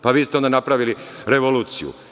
Pa vi ste onda napravili revoluciju.